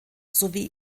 sowie